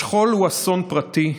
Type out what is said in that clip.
השכול הוא אסון פרטי,